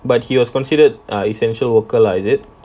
but he was considered essential worker lah is it